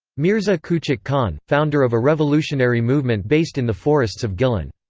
mirza kuchak khan founder of a revolutionary movement based in the forests of gilan.